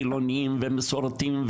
חילונים ומסורתיים.